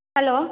hello